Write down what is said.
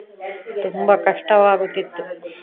ತುಂಬ ಕಷ್ಟವಾಗುತ್ತಿತ್ತು